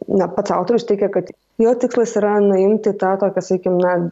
na pats autorius teigia kad jo tikslas yra nuimti tą tokią sakykim na